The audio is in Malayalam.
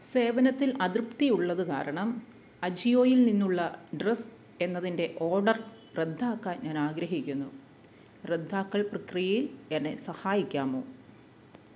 സേവനത്തിൽ അതൃപ്തിയുള്ളതുകാരണം അജിയോയിൽ നിന്നുള്ള ഡ്രസ്സ് എന്നതിൻ്റെ ഓർഡർ റദ്ദാക്കാൻ ഞാൻ ആഗ്രഹിക്കുന്നു റദ്ദാക്കൽ പ്രക്രിയയിൽ എന്നെ സഹായിക്കാമോ